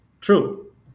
true